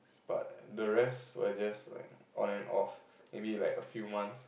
but the rest were just like on and off maybe like a few months